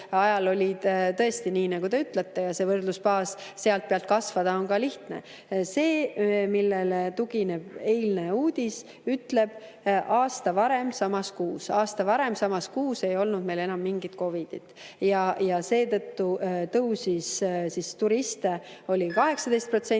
ajal oli tõesti nii, nagu te ütlesite, ja sellel võrdlusbaasil sealt pealt kasvada on ka lihtne. See, millele tugineb eilne uudis, ütleb: aasta varem samas kuus. Aasta varem samas kuus ei olnud meil enam mingit COVID-it ja seetõttu oli turiste 18%